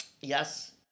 Yes